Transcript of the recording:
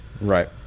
Right